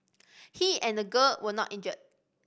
he and the girl were not injured